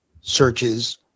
searches